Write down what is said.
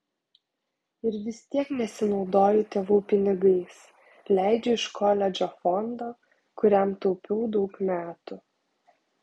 ir vis tiek nesinaudoju tėvų pinigais leidžiu iš koledžo fondo kuriam taupiau daug metų